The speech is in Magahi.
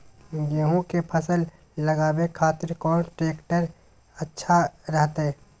गेहूं के फसल लगावे खातिर कौन ट्रेक्टर अच्छा रहतय?